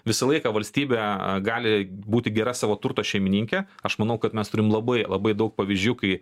visą laiką valstybė gali būti gera savo turto šeimininke aš manau kad mes turim labai labai daug pavyzdžių kai